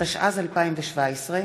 התשע"ז 2017,